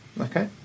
Okay